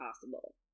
possible